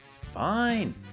fine